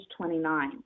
29